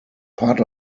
part